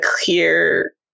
clear